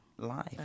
life